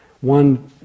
one